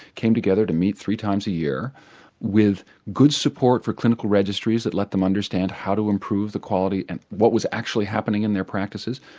came together to meet three times a year with good support for clinical registries that let them understand how to improve the quality and what was actually happening in their practices.